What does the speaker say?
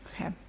Okay